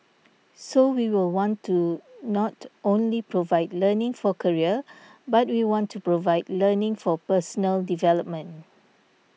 so we will want to not only provide learning for career but we want to provide learning for personal development